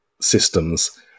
systems